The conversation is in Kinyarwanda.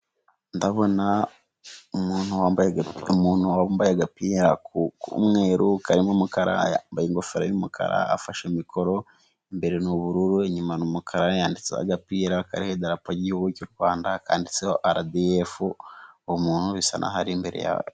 Umuntu wambaye agapira k'umweru karimo umukara kandi yambaye ingofero y'umukara afashe mikoro imbere n'ubururu nyuma umukara yanditse agapira idarapo ry'igihugu cy'u Rwanda kanditseho aradifu umuntu bisa naho imbere.